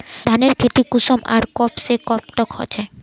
धानेर खेती कुंसम आर कब से कब तक होचे?